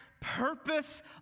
purpose